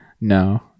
No